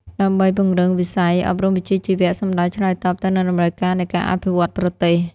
ដើម្បីពង្រឹងវិស័យអប់រំវិជ្ជាជីវៈ សំដៅឆ្លើយតបទៅនឹងតម្រូវការនៃការអភិវឌ្ឍប្រទេស។